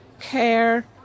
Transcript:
care